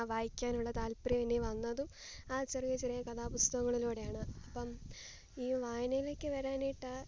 ആ വായിക്കാനുള്ള താത്പര്യവും ഇനി വന്നതും ആ ചെറിയ ചെറിയ കഥാപുസ്തകങ്ങളിലൂടെയാണ് അപ്പം ഈ വായനയിലേക്കു വരാനായിട്ടാണ്